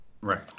Right